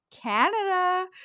Canada